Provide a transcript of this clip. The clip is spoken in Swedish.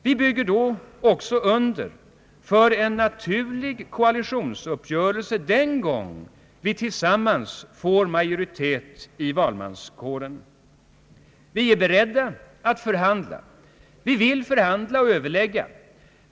Vi bygger därmed också under en naturlig koalitionsuppgörelse den gång vi tillsammans får majoritet i valmanskåren. Vi är beredda att förhandla, vi vill förhandla och överlägga.